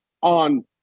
on